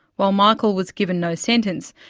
while michael was given no sentence,